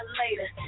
later